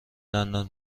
دندان